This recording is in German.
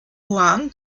yuan